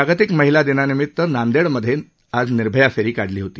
जागतिक महिला दिनानिमित आज नांदेडमध्ये निर्भया फेरी काढली होती